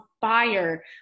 fire